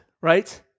right